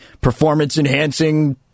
performance-enhancing